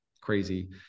crazy